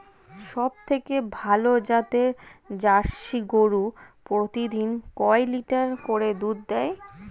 সবথেকে ভালো জাতের জার্সি গরু প্রতিদিন কয় লিটার করে দুধ দেয়?